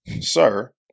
sir